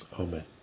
Amen